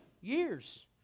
years